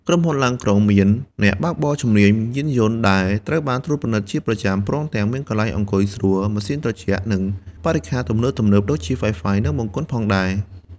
ក្រុមហ៊ុនឡានក្រុងមានអ្នកបើកបរជំនាញ យានយន្តដែលត្រូវបានត្រួតពិនិត្យជាប្រចាំ ព្រមទាំងមានកន្លែងអង្គុយស្រួល ម៉ាស៊ីនត្រជាក់ និងបរិក្ខារទំនើបៗដូចជា Wi-Fi និងបង្គន់ផងដែរ។